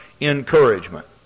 Encouragement